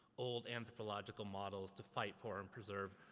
old anthropological models, to fight for, and preserve,